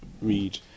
read